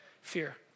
Fear